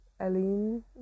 Eileen